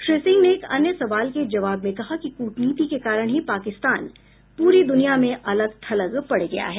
श्री सिंह ने एक अन्य सवाल के जवाब में कहा कि कूटनीति के कारण ही पाकिस्तान पूरी दुनिया में अलग थलग पड़ गया है